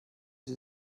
sie